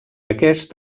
aquest